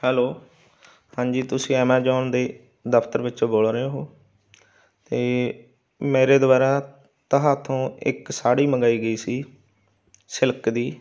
hello ਹਾਂਜੀ ਤੁਸੀਂ Amazon ਦੇ ਦਫਤਰ ਵਿੱਚੋਂ ਬੋਲ ਰਹੇ ਹੋ ਅਤੇ ਮੇਰੇ ਦੁਆਰਾ ਤਹਾਤੋਂ ਇੱਕ ਸਾੜੀ ਮੰਗਾਈ ਗਈ ਸੀ ਸਿਲਕ ਦੀ